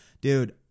Dude